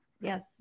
yes